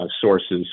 sources